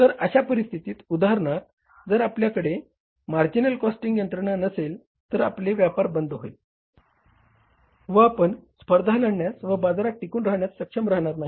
तर अशा परिस्थितीत उदाहरणार्थ जर आपल्याकडे मार्जिनल कॉस्टिंग यंत्रणा नसेल तर आपले व्यापार बंद होईल व आपण स्पर्धा लढण्यास व बाजारात टिकून राहण्यास सक्षम राहणार नाही